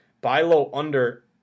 buy-low-under